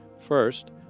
First